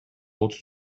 otuz